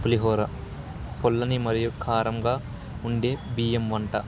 పులిహోర పుల్లని మరియు కారంగా ఉండే బియ్యం వంట